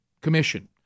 commission